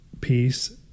piece